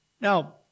now